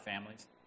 families